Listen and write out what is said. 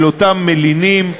אל אותם מלינים,